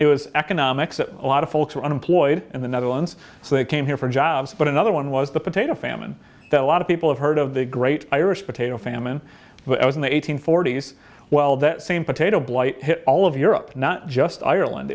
it was economics it a lot of folks were unemployed in the netherlands so they came here for jobs but another one was the potato famine that a lot of people have heard of the great irish potato famine but it was in the eight hundred forty s well that same potato blight hit all of europe not just ireland